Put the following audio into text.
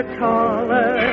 taller